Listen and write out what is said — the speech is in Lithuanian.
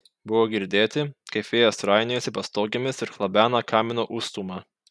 buvo girdėti kaip vėjas trainiojasi pastogėmis ir klabena kamino užstūmą